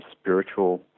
spiritual